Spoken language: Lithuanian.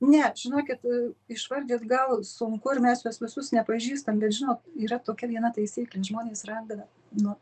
ne žinokit išvardyt gal sunku ir mes juos visus nepažįstam bet žinot yra tokia viena taisyklė žmonės randa nuo